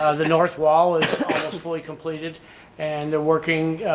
ah the north wall is fully completed and they're working,